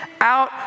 out